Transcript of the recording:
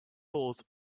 laws